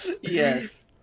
Yes